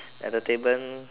entertainment